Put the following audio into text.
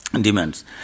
demands